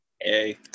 Hey